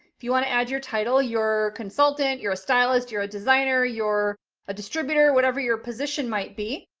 if you want to add your title you're a consultant, you're a stylist, you're a designer, you're a distributor, or whatever your position might be.